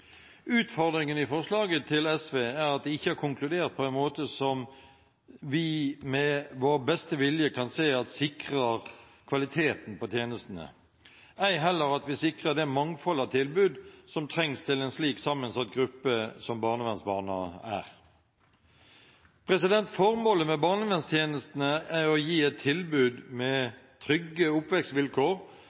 Utfordringene i forslaget til SV er at de har konkludert på en måte som vi med vår beste vilje ikke kan se at sikrer kvaliteten på tjenestene, ei heller at vi sikrer det mangfold av tilbud som trengs til en slik sammensatt gruppe som barnevernsbarna er. Formålet med barnevernstjenestene er å gi et tilbud for trygge